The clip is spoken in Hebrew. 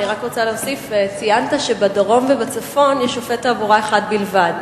אני רק רוצה להוסיף: ציינת שבדרום ובצפון יש שופט תעבורה אחד בלבד.